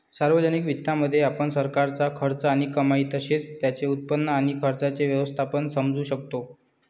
सार्वजनिक वित्तामध्ये, आपण सरकारचा खर्च आणि कमाई तसेच त्याचे उत्पन्न आणि खर्चाचे व्यवस्थापन समजू शकतो